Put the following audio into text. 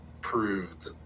proved